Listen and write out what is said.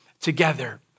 together